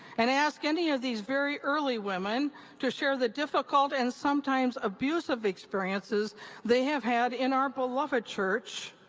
and ask any of these very early women to share the difficult and sometimes abusive experiences they have had in our beloved church,